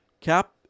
Cap